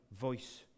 voice